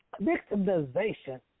victimization